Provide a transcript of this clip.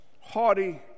haughty